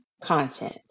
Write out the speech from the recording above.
content